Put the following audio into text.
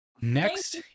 Next